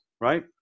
right